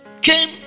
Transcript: came